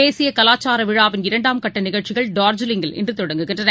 தேசியகலாச்சாரவிழாவின் இரண்டாம் கட்டநிகழ்ச்சிகள் டார்ஜிலிங்கில் இன்றுதொடங்குகின்றன